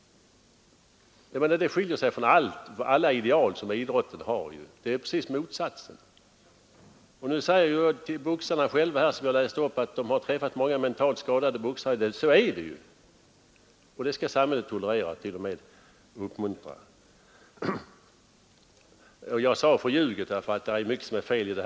Därför skiljer sig boxningen från de ideal som idrotten har. Den är precis motsatsen. Nu säger boxarna själva — det har jag läst upp — att de har träffat många mentalt skadade boxare. Så är det, och det skall samhället tolerera och rent av uppmuntra! Jag sade att Boxningsförbundets yttrande var förljuget, eftersom det är mycket som är fel i det.